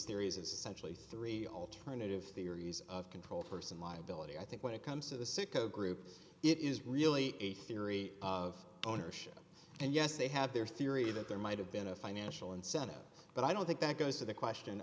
theories of centrally three alternative theories of control person liability i think when it comes to the sicko group it is really a theory of ownership and yes they have their theory that there might have been a financial incentive but i don't think that goes to the question